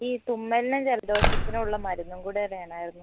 ഈ തുമ്മലിനും ജലദോഷത്തിനും ഉള്ള മരുന്നും കൂടെ വേണമായിരുന്നു